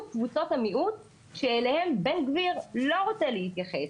קבוצות המיעוט שאליהם בן גביר לא רוצה להתייחס.